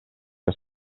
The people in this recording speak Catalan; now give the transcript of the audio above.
que